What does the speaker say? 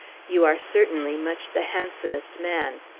you are certainly much the handsomest man.